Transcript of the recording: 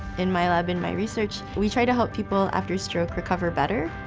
in my lab in my research we try to help people after stroke recover better,